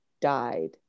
died